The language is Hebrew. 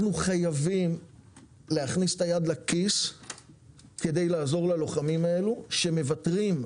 אנחנו חייבים להכניס את היד לכיס כדי לעזור ללוחמים האלה שמוותרים,